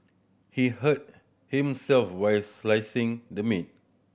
he hurt himself while slicing the meat